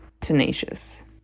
tenacious